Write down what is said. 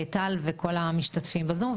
לטל מורגנשטיין ולכל המשתתפים בזום.